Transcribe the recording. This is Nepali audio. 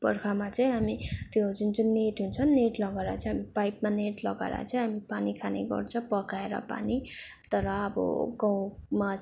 बर्खामा चाहिँ हामी त्यो जुन चाहिँ नेट हुन्छ नि नेट लगाएर चाहिँ हामी पाइपमा नेट लगाएर चाहिँ हामी पानी खाने गर्छौँ पकाएर पानी तर अब गाउँमा